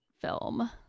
film